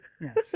Yes